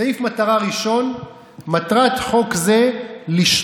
סעיף מטרה ראשון: מטרת חוק זה לשלול